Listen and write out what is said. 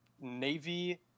navy